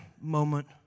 moment